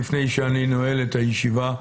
לפני שאני נועל את הישיבה,